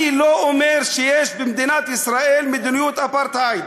אני לא אומר שיש במדינת ישראל מדיניות אפרטהייד.